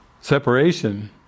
separation